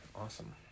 Awesome